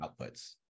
outputs